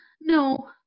No